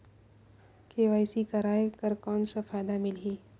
KYC कराय कर कौन का फायदा मिलही?